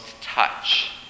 touch